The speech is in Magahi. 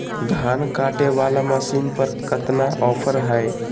धान कटे बाला मसीन पर कतना ऑफर हाय?